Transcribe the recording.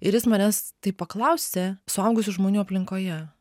ir jis manęs taip paklausė suaugusių žmonių aplinkoje